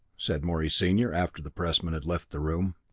said morey, senior, after the pressmen had left the room,